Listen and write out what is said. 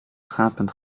gapend